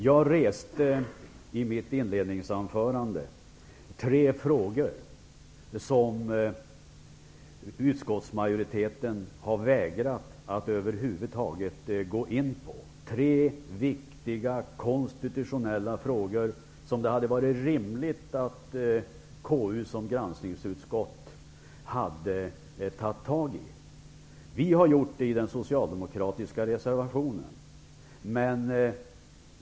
Jag reste i mitt inledningsanförande tre frågor som utskottsmajoriteten har vägrat att över huvud taget gå in på. Det är tre viktiga konstitutionella frågor, som det hade varit rimligt att KU som granskningsutskott hade tagit tag i. Vi har gjort det i den socialdemokratiska reservationen.